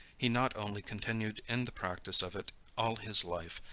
he not only continued in the practice of it all his life,